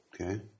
Okay